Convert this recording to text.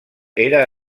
era